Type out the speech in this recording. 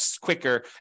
quicker